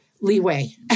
leeway